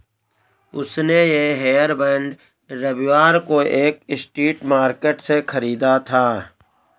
उसने ये हेयरबैंड रविवार को एक स्ट्रीट मार्केट से खरीदा था